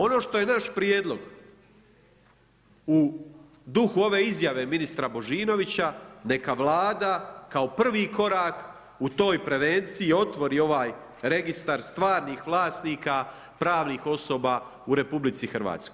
Ono što je naš prijedlog u duhu ove izjave ministra Božinovića, neka Vlada kao prvi korak u toj prevenciji otvori ovaj registar stvarnih vlasnika pravnih osoba u RH.